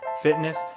fitness